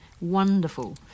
Wonderful